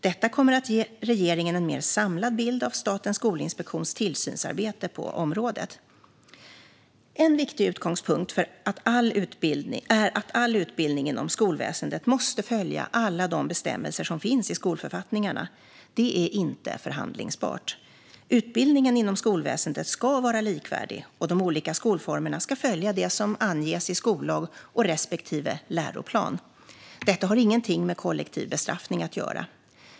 Detta kommer att ge regeringen en mer samlad bild av Statens skolinspektions tillsynsarbete på området. En viktig utgångspunkt är att all utbildning inom skolväsendet måste följa alla de bestämmelser som finns i skolförfattningarna. Det är inte förhandlingsbart. Utbildningen inom skolväsendet ska vara likvärdig, och de olika skolformerna ska följa det som anges i skollag och respektive läroplan. Detta har ingenting med kollektiv bestraffning att göra.